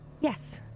Yes